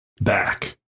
back